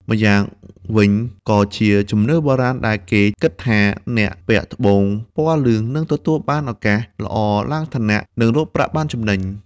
ម្យ៉ាងវិញក៏ជាជំនឿបុរាណ ដែលគេគិតថាអ្នកពាក់ត្បូងពណ៌លឿងនឹងទទួលបានឱកាសល្អ ឡើងឋានៈ និងរកបានប្រាក់ចំណេញ។